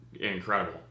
incredible